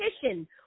petition